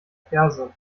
ferse